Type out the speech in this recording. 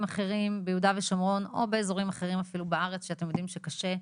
אחרים ביהודה ושומרון או באזורים אחרים בארץ שבהם אתם יודעים שקשה,